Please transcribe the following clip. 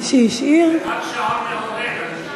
זה רק שעון מעורר.